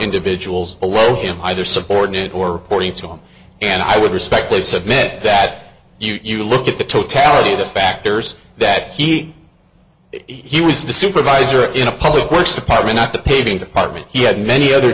individuals below him either subordinate or reporting to him and i would respectfully submit that you look at the totality of the factors that he he was the supervisor in a public course apartment not the paving department he had many other